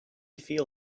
feel